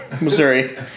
Missouri